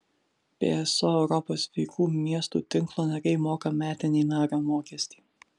pso europos sveikų miestų tinklo nariai moka metinį nario mokestį